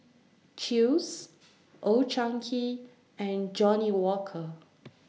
Chew's Old Chang Kee and Johnnie Walker